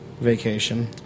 vacation